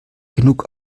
genug